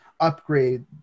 Upgrade